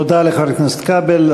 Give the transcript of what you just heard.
תודה לחבר הכנסת כבל.